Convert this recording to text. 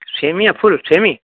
semi या full semi